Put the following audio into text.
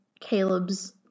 Caleb's